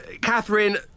Catherine